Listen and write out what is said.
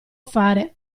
fare